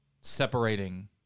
separating